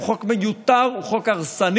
הוא חוק מיותר, הוא חוק הרסני.